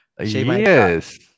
Yes